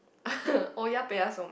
oh-yah-beh-yah-som